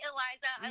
Eliza